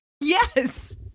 Yes